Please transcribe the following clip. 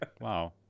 Wow